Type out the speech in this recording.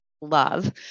love